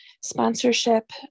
sponsorship